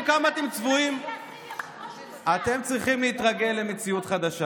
היינו צריכים להתחנן בשביל לממש את רצון העם להחליף